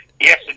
Yes